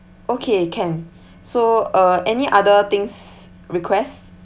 okay can so uh any other things request